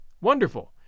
wonderful